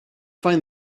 find